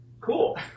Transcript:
Cool